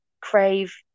crave